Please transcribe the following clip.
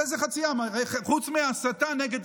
על איזה חצי עם, חוץ מהסתה נגד